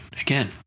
Again